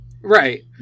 right